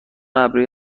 ابری